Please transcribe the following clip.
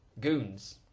Goons